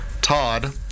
Todd